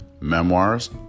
Memoirs